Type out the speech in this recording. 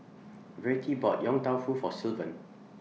Vertie bought Yong Tau Foo For Sylvan